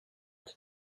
back